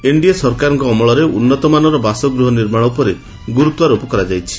NDA ସରକାରଙ୍କ ଅମଳରେ ଉନ୍ନତମାନର ବାସଗୃହ ନିର୍ମାଣ ଉପରେ ଗୁରୁତ୍ୱାରୋପ କରାଯାଇଛି